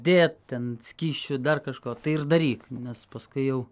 dėt ten skysčių dar kažko tai ir daryk nes paskui jau